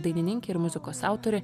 dainininkė ir muzikos autorė